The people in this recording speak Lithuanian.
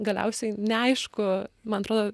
galiausiai neaišku man atrodo